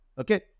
okay